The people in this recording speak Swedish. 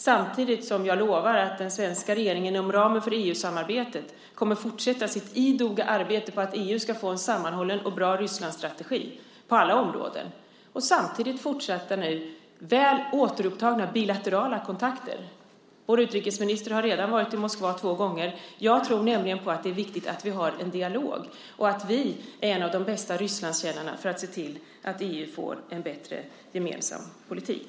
Samtidigt lovar jag att den svenska regeringen inom ramen för EU-samarbetet kommer att fortsätta sitt idoga arbete på att EU ska få en sammanhållen och bra Rysslandsstrategi på alla områden. Samtidigt fortsätter nu också väl återupptagna bilaterala kontakter. Vår utrikesminister har redan varit i Moskva två gånger. Jag tror att det är viktigt att vi har en dialog och att vi är en av de bästa Rysslandskännarna för att se till att EU får en bättre gemensam politik.